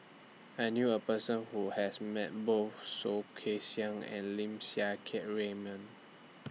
I knew A Person Who has Met Both Soh Kay Siang and Lim Siang Keat Raymond